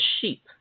sheep